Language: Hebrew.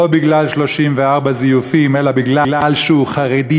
לא בגלל 34 זיופים אלא כי הוא חרדי,